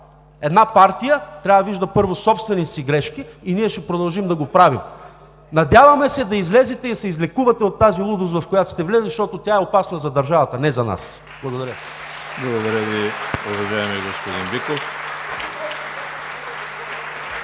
Една партия трябва да вижда първо собствените си грешки и ние ще продължим да го правим. Надяваме се да излезете и да се излекувате от тази лудост, в която сте влезли, защото тя е опасна за държавата, не за нас. Благодаря. (Продължителни ръкопляскания от